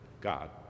God